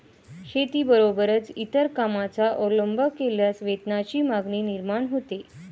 शेतीबरोबरच इतर कामांचा अवलंब केल्यास वेतनाची मागणी निर्माण होते